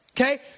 Okay